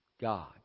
God